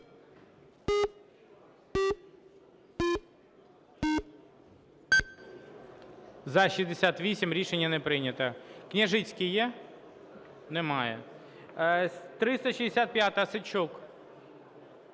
За-68 Рішення не прийнято. Княжицький є? Немає. 365-а, Осадчук.